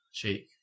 Cheek